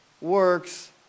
works